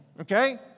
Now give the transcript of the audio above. okay